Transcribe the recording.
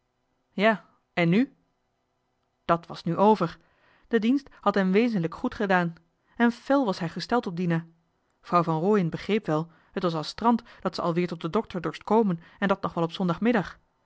ja en nu dat was nu over de dienst had hem wezenlijk goed gedaan en fel was hij gesteld op dina vrouw van rooien begreep wel het was astrant dat ze alweer tot den dokter dorst komen en dat nog wel op zondag middag